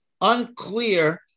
unclear